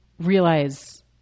realize